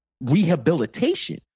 rehabilitation